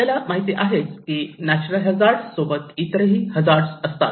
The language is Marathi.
आपल्याला माहिती आहेत की नॅचरल हजार्ड सोबत इतरही हजार्ड असतात